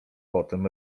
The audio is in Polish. potem